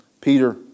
Peter